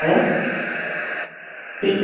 hello bus